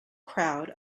crowd